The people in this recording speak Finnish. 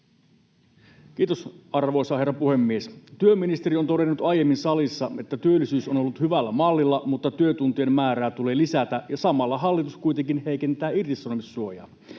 Kiitos, arvoisa herra puhemies! Työministeri on todennut aiemmin salissa, että työllisyys on ollut hyvällä mallilla mutta työtuntien määrää tulee lisätä, ja samalla hallitus kuitenkin heikentää irtisanomissuojaa.